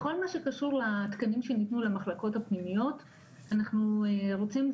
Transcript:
בכל מה שקשור לתקנים שניתנו למחלקות הפנימיות אנחנו רוצים,